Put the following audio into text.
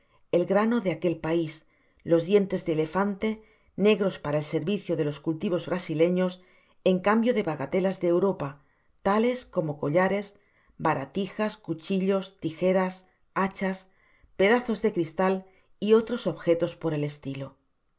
el grano de aquel pais los dientes de elefante negros para el servicio do loa cultivos brasileños en cambio de bagatelas de europa tales como collares baratijas cuchillas tijeras hachas pedazos de cristal y otros objetos por el estilo